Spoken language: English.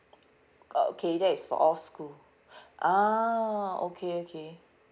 uh okay that is for all school ah okay okay